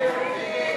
הצעת סיעת